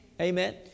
Amen